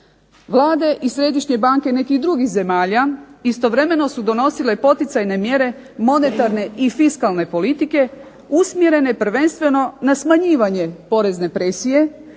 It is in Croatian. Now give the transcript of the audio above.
Vlade i središnje banke nekih drugih zemalja istovremeno su donosile poticajne mjere monetarne i fiskalne politike, usmjerene prvenstveno na smanjivanje porezne presije